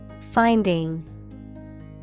Finding